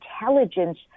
intelligence